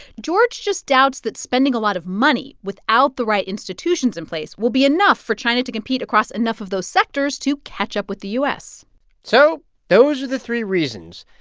george just doubts that spending a lot of money without the right institutions in place will be enough for china to compete across enough of those sectors to catch up with the u s so those are the three reasons.